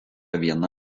viena